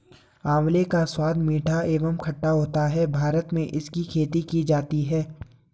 आंवले का स्वाद मीठा एवं खट्टा होता है भारत में इसकी खेती की जाती है